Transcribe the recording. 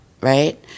right